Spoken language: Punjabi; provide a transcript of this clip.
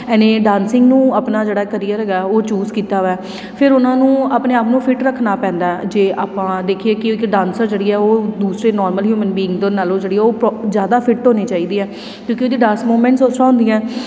ਇਹਨੇ ਡਾਂਸਿੰਗ ਨੂੰ ਆਪਣਾ ਜਿਹੜਾ ਕਰੀਅਰ ਹੈਗਾ ਉਹ ਚੂਜ ਕੀਤਾ ਵੈ ਫਿਰ ਉਹਨਾਂ ਨੂੰ ਆਪਣੇ ਆਪ ਨੂੰ ਫਿਟ ਰੱਖਣਾ ਪੈਂਦਾ ਜੇ ਆਪਾਂ ਦੇਖੀਏ ਕਿ ਇੱਕ ਡਾਂਸਰ ਜਿਹੜੀ ਹੈ ਉਹ ਦੂਸਰੇ ਨੋਰਮਲ ਹਿਊਮਨ ਬੀਂਗ ਦੇ ਨਾਲੋਂ ਜਿਹੜੀ ਉਹ ਪ ਜ਼ਿਆਦਾ ਫਿੱਟ ਹੋਣੀ ਚਾਹੀਦੀ ਆ ਕਿਉਂਕਿ ਉਹਦੀ ਡਾਂਸ ਮੂਮੈਂਟਸ ਉਸ ਤਰ੍ਹਾਂ ਹੁੰਦੀਆਂ